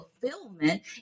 fulfillment